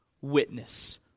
witness